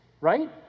right